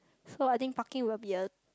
so I think parking will be a